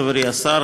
חברי השר,